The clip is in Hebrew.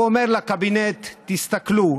הוא אומר לקבינט: תסתכלו,